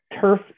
turf